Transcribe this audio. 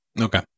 Okay